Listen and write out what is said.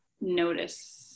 notice